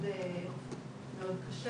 מאוד קשה,